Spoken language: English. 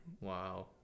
Wow